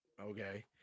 okay